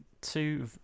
two